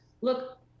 Look